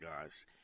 guys